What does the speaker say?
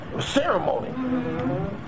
ceremony